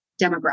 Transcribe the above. demographics